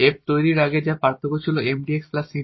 f তৈরির আগে যার পার্থক্য ছিল 𝑀𝑑𝑥 𝑁𝑑𝑦